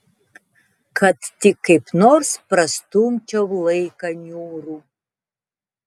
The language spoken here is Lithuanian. kad tik kaip nors prastumčiau laiką niūrų